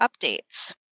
updates